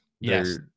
Yes